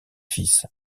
fils